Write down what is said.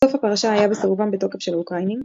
סוף הפרשה היה בסירובם בתוקף של האוקראינים.